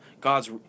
God's